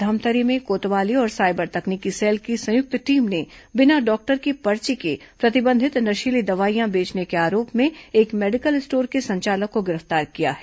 धमतरी में कोतवाली और साइबर तकनीकी सेल की संयुक्त टीम ने बिना डॉक्टर की पर्ची के प्रतिबंधित नशीली दवाइयां बेचने के आरोप में एक मेडिकल स्टोर्स के संचालक को गिरफ्तार किया है